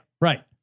right